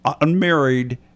unmarried